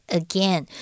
again